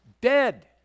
dead